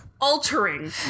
altering